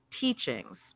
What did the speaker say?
teachings